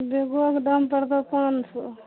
बेगोके दाम पड़तऽ पाँच सओ